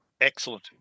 Excellent